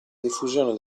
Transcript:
diffusione